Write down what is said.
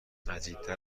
عجیبتر